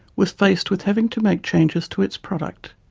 was faced with having to make changes to its product,